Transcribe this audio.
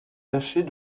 tâchez